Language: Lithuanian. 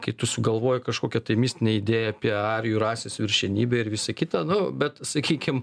kai tu sugalvoji kažkokią mistinę idėją apie arijų rasės viršenybę ir visa kita nu bet sakykim